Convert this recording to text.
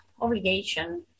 obligation